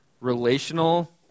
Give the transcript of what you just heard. relational